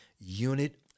unit